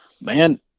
Man